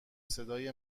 صدای